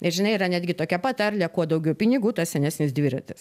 ir žinai yra netgi tokia patarlė kuo daugiau pinigų tuo senesnis dviratis